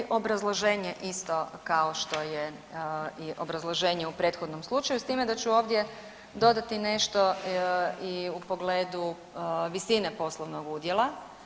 Tada je i obrazloženje isto kao što je i obrazloženje u prethodnom slučaju, s time da ću ovdje dodati nešto i u pogledu visine poslovnog udjela.